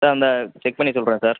sir இந்தா check பண்ணி சொல்கிறேன் சார்